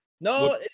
No